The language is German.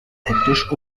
hektisch